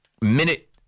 minute